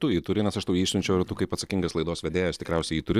tu jį turi nes aš tau jį išsiunčiau ir tu kaip atsakingas laidos vedėjas tikriausiai jį turi